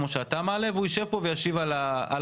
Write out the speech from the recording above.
קריב וכמו שאתה מעלה והוא ישב פה וישיב על הדברים,